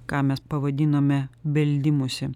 ką mes pavadinome beldimusi